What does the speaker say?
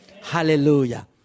Hallelujah